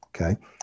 okay